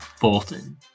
Bolton